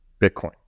Bitcoin